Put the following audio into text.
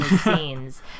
scenes